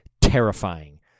terrifying